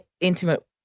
intimate